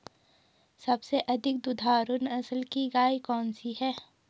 सबसे अधिक दुधारू नस्ल की गाय कौन सी है?